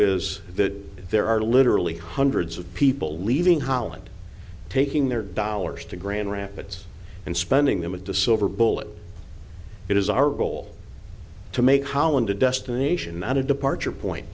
is that there are literally hundreds of people leaving holland taking their dollars to grand rapids and spending them at the silver bullet it is our goal to make holland a destination not a departure point